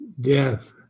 death